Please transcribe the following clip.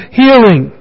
healing